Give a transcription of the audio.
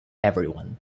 everyone